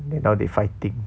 then now they fighting